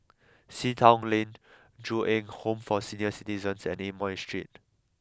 Sea Town Lane Ju Eng Home for senior citizens and Amoy Street